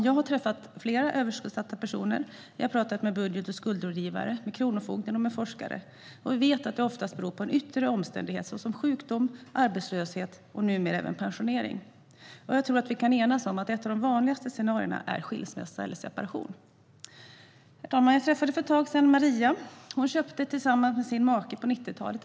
Jag har träffat flera överskuldsatta personer. Jag har pratat med budget och skuldrådgivare, med kronofogden och med forskare. Vi vet att det oftast beror på en yttre omständighet såsom sjukdom, arbetslöshet och numera även pensionering. Jag tror att vi kan enas om att ett av de vanligaste scenarierna är skilsmässa eller separation. Herr talman! Jag träffade för ett tag sedan Maria. Hon köpte tillsammans med sin make ett hus på 90-talet.